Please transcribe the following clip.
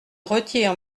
retire